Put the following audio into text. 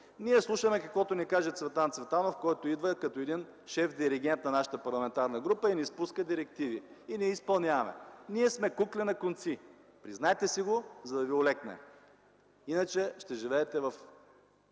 Ние слушаме каквото ни каже Цветан Цветанов, който идва като един шеф-диригент на нашата парламентарна група и ни спуска директиви и ние изпълняваме. Ние сме кукли на конци!”. Признайте си го, за да ви олекне. Иначе ще живеете в